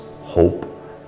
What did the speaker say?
hope